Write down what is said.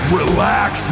relax